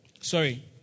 Sorry